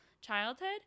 childhood